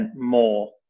more